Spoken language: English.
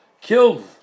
killed